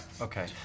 okay